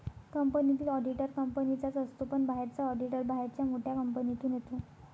कंपनीतील ऑडिटर कंपनीचाच असतो पण बाहेरचा ऑडिटर बाहेरच्या मोठ्या कंपनीतून येतो